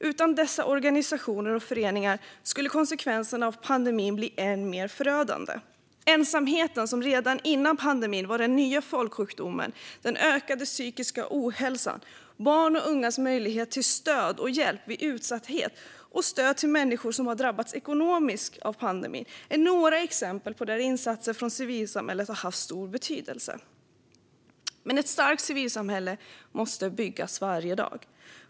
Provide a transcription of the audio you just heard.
Utan dessa organisationer och föreningar skulle konsekvenserna av pandemin bli än mer förödande. Ensamheten, som redan före pandemin var den nya folksjukdomen, den ökade psykiska ohälsan, barns och ungas möjlighet till stöd och hjälp vid utsatthet och stöd till människor som har drabbats ekonomisk av pandemin är några exempel där insatser från civilsamhället har haft stor betydelse. Men ett starkt civilsamhälle måste byggas varje dag.